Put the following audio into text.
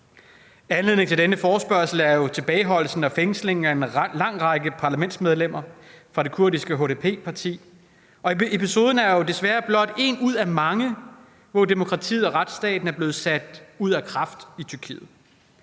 Anledningen til denne forespørgsel er tilbageholdelsen og fængslingen af en lang række parlamentsmedlemmer fra det kurdiske HDP-parti, og episoden er jo desværre blot en ud af mange, hvor demokratiet og retsstaten er blevet sat ud af kraft i Tyrkiet.